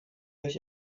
euch